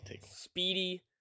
speedy